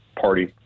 party